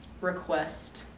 request